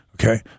Okay